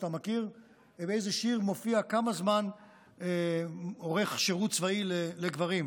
אתה יודע באיזה שיר מופיע כמה זמן אורך שירות צבאי לגברים?